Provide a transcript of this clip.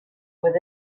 with